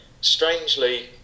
strangely